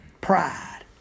Pride